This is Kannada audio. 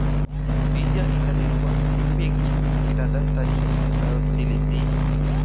ಬೀಜ ಇಲ್ಲದಿರುವ ನಿಂಬೆ ಗಿಡದ ತಳಿಯ ಹೆಸರನ್ನು ತಿಳಿಸಿ?